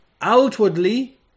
Outwardly